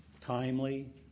timely